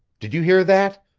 did you hear that?